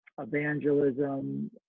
evangelism